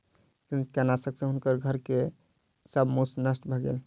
कृंतकनाशक सॅ हुनकर घर के सब मूस नष्ट भ गेल